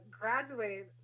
graduate